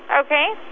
Okay